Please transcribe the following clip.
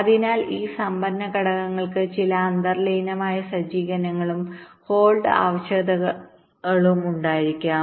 അതിനാൽ ഈ സംഭരണ ഘടകങ്ങൾക്ക് ചില അന്തർലീനമായ സജ്ജീകരണങ്ങളും ഹോൾഡ് ആവശ്യകതകളും ഉണ്ടായിരിക്കും